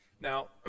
Now